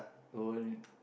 gold